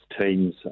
teams